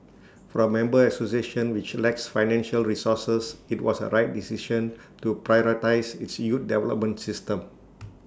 for A member association which lacks financial resources IT was A right decision to prioritise its youth development system